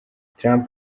trump